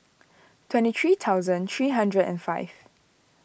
twenty three thousand three hundred and five